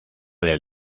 del